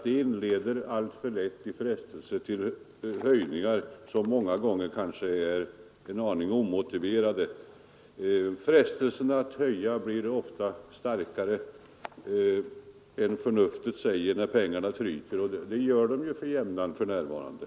De inleder alltför lätt i frestelse till höjningar som många gånger kanske är en aning omotiverade. Frestelsen att höja blir ofta starkare än förnuftet när pengarna tryter, som de gör för jämnan för närvarande.